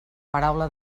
paraula